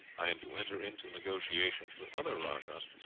i am to enter into negotiations with other rajahs,